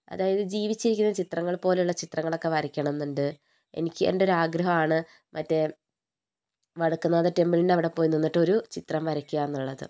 അതായത് ജീവിച്ചിരിക്കുന്ന ചിത്രങ്ങൾ പോലുള്ള ചിത്രങ്ങളൊക്കെ വരക്കണമെന്നുണ്ട് എനിക്ക് എന്റെ ഒരു ആഗ്രഹം ആണ് മറ്റേ വടക്കുംനാഥ ടെമ്പിളിന്റെ അവിടെ പോയി നിന്നിട്ട് ഒരു ചിത്രം വരയ്ക്കുക എന്നുള്ളത്